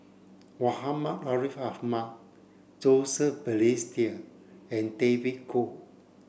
Muhammad Ariff Ahmad Joseph Balestier and David Kwo